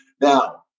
Now